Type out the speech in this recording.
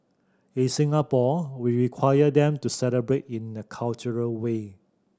in Singapore we require them to celebrate in a cultural way